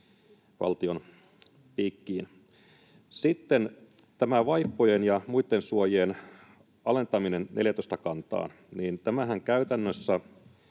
valtion piikkiin. Sitten tämä vaippojen ja muitten suojien alentaminen 14-kantaan käytännössä